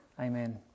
Amen